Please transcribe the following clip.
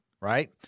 right